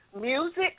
music